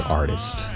artist